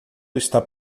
está